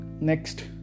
next